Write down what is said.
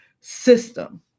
system